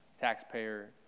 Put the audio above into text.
taxpayer